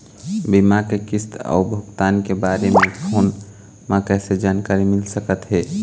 बीमा के किस्त अऊ भुगतान के बारे मे फोन म कइसे जानकारी मिल सकत हे?